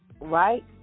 Right